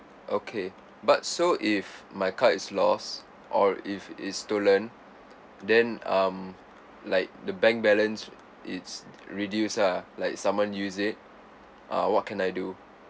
okay but so if my card is lost or if it's stolen then um like the bank balance it's reduced lah like someone use it uh what can I do